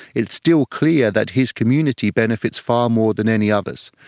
it's still clear that his community benefits far more than any others.